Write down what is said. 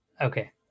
okay